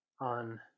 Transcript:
on